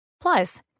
Plus